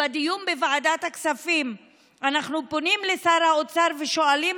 בדיון בוועדת הכספים אנחנו פונים לשר האוצר ושואלים